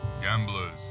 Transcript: Gamblers